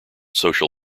social